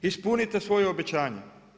Ispunite svoje obećanje.